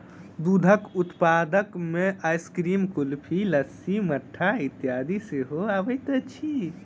दूधक उत्पाद मे आइसक्रीम, कुल्फी, लस्सी, मट्ठा इत्यादि सेहो अबैत अछि